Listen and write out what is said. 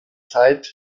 zeit